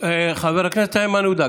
חבר הכנסת איימן עודה,